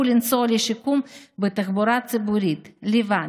לנסוע לשיקום בתחבורה ציבורית לבד,